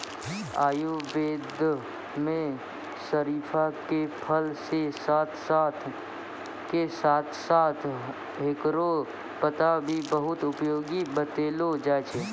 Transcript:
आयुर्वेद मं शरीफा के फल के साथं साथं हेकरो पत्ता भी बहुत उपयोगी बतैलो जाय छै